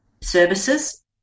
services